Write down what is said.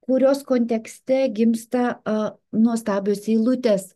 kurios kontekste gimsta nuostabios eilutės